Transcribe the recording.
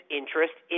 interest